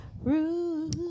room